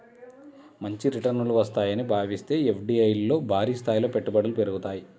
మంచి రిటర్నులు వస్తాయని భావిస్తే ఎఫ్డీఐల్లో భారీస్థాయిలో పెట్టుబడులు పెరుగుతాయి